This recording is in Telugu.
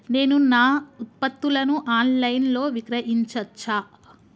నేను నా ఉత్పత్తులను ఆన్ లైన్ లో విక్రయించచ్చా?